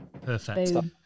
perfect